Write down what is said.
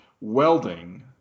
welding